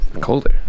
Colder